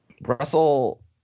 Russell